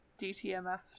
DTMF